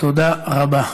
תודה רבה.